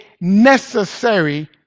necessary